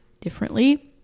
differently